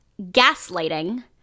gaslighting